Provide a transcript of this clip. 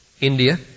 India